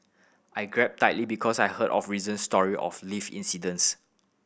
I grabbed tightly because I heard of recent story of lift incidents